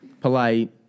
polite